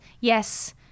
yes